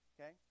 Okay